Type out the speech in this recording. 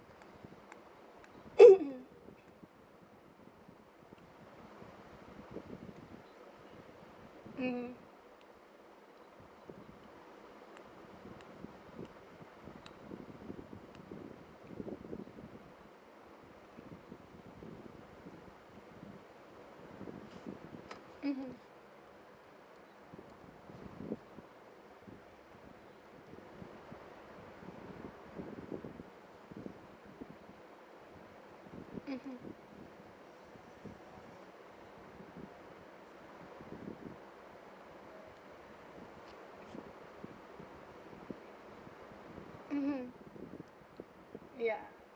mm mmhmm mmhmm mmhmm ya